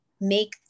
make